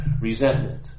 resentment